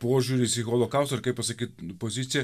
požiūris į holokaustą ar kaip pasakyt nu pozicija